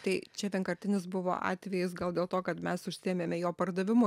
tai čia vienkartinis buvo atvejis gal dėl to kad mes užsiėmėme jo pardavimu